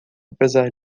apesar